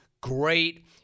great